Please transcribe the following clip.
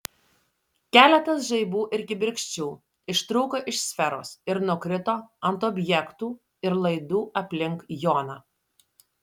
keletas žaibų ir kibirkščių ištrūko iš sferos ir nukrito ant objektų ir laidų aplink joną